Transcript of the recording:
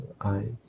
eyes